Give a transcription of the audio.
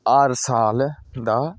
हर साल दा